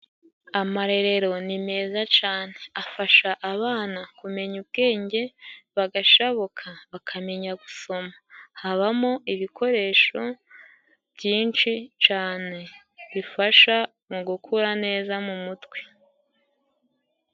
Amarerero ni meza cane afasha abana kumenya ubwenge bagashabuka bakamenya gusoma . Habamo ibikoresho byinshi cane bifasha mu gukura neza mu mutwe.